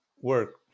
work